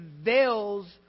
veils